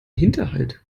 hinterhalt